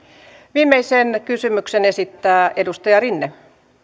viimeisen kysymyksen esittää edustaja rinne